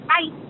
Bye